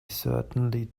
certainly